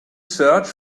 search